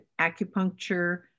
acupuncture